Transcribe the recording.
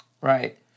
Right